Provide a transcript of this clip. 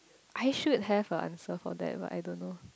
I should have a answer for that but I don't know